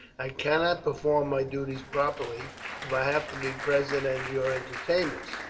i cannot perform my duties properly if i have to be present at your entertainments.